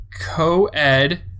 co-ed